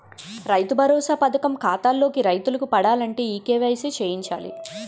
రైతు భరోసా పథకం ఖాతాల్లో రైతులకు పడాలంటే ఈ కేవైసీ చేయించాలి